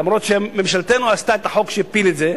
אומנם ממשלתנו עשתה את החוק שהפיל את זה,